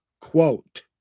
quote